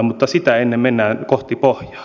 mutta sitä ennen mennään kohti pohjaa